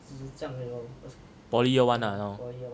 poly yeah one ah